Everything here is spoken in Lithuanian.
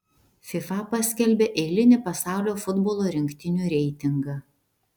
fifa paskelbė eilinį pasaulio futbolo rinktinių reitingą